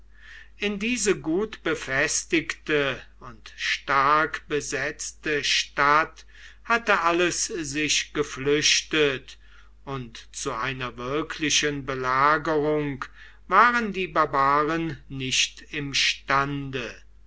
in diese gut befestigte und stark besetzte stadt hatte alles sich geflüchtet und zu einer wirklichen belagerung waren die barbaren nicht imstande